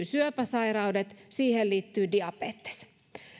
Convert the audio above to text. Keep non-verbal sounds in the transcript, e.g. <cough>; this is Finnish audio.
<unintelligible> syöpäsairaudet siihen liittyy diabetes